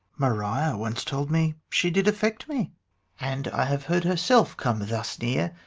maria once told me she did affect me and i have heard herself come thus near,